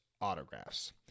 autographs